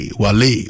wale